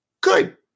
good